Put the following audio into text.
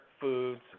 foods